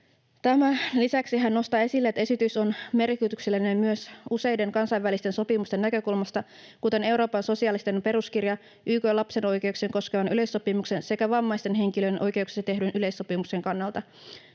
Tämän lisäksi hän nostaa esille, että esitys on merkityksellinen myös useiden kansainvälisten sopimusten näkökulmasta, kuten Euroopan sosiaalisen peruskirjan, YK:n lapsen oikeuksia koskevan yleissopimuksen sekä vammaisten henkilöiden oikeuksista tehdyn yleissopimuksen kannalta.